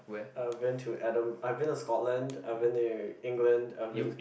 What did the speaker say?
I've been to Adam I've been to Scotland I've been to England I've been